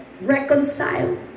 reconcile